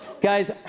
guys